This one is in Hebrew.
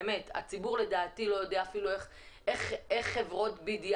הציבור לדעתי לא יודע אפילו איך חברות BDI